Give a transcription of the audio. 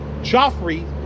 Joffrey